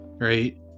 right